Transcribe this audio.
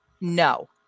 No